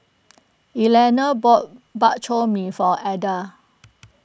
Eleanor bought Bak Chor Mee for Ada